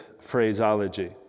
phraseology